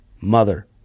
Mother